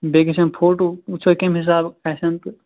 بیٚیہِ گژھن فوٹوٗ وُچھو کمہِ حِسابہٕ آسن تہٕ